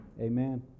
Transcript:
Amen